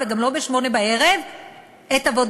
לא ב-16:00 וגם לא ב-20:00 את עבודתו